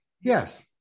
Yes